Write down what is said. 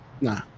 Nah